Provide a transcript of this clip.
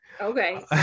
okay